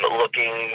looking